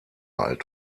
alt